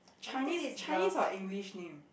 Chinese Chinese or English name